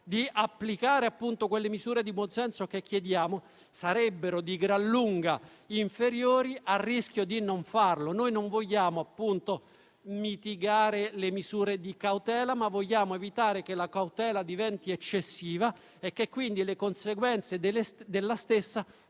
ad applicare quelle misure di buon senso che chiediamo, sarebbero di gran lunga inferiori al rischio di non farlo. Noi non vogliamo mitigare le misure di cautela, ma vogliamo evitare che la cautela diventi eccessiva e che le conseguenze della stessa